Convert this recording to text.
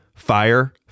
Fire